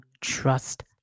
trust